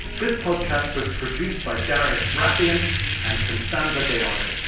this podcast was produced by darius rafieyan and constanza gallardo.